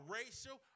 racial